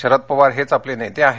शरद पवार हेच आपले नेते आहेत